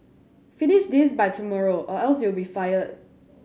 finish this by tomorrow or else you'll be fired